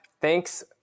thanks